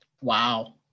wow